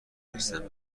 رسیدن